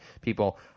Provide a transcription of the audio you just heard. people